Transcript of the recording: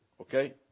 Okay